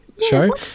show